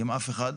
עם אף אחד.